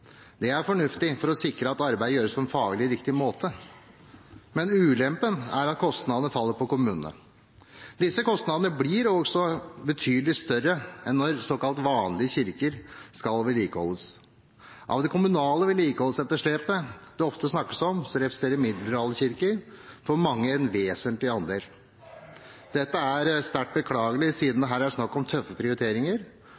Det er fornuftig for å sikre at arbeidet gjøres på en faglig riktig måte. Men ulempen er at kostnadene faller på kommunene. Disse kostnadene blir også betydelig større enn når såkalt vanlige kirker skal vedlikeholdes. Av det kommunale vedlikeholdsetterslepet det ofte snakkes om, representerer middelalderkirker for mange en vesentlig andel. Dette er sterkt beklagelig, siden